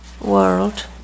world